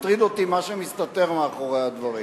מטריד אותי מה שמסתתר מאחורי הדברים.